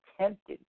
tempted